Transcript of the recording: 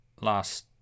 last